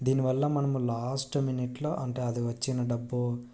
దీని వల్ల మనం లాస్ట్ మినిట్లో అంటే అది వచ్చిన డబ్బు